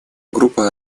группа